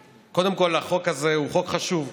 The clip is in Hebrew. קודם כול, החוק הזה הוא חוק חשוב.